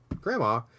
grandma